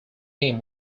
him